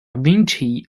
vinci